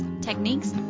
techniques